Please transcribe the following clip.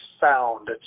sound